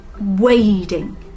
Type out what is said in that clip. wading